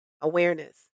awareness